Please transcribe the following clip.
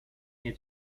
nie